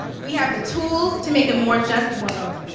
we have the tools to make a more just world.